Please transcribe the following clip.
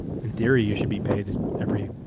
in theory, you should be paid every.